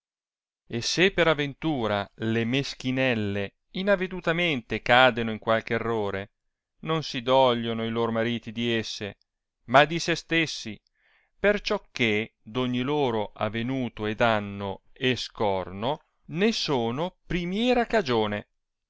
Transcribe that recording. e se per aventura le meschinelle inavedutamente cadeno in qualche errore non si dogliono i lor mariti di esse ma di se stessi per ciò che d ogni loro avenuto e danno e scorno ne sono primiera cagione